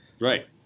Right